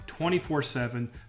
24-7